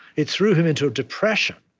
it threw him into a depression.